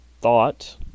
thought